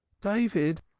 david!